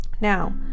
Now